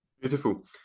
Beautiful